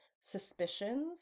suspicions